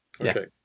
Okay